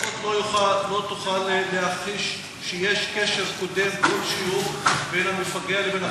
לפחות לא תוכל להכחיש שיש קשר קודם כלשהו בין המפגע לבין,